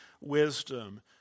wisdom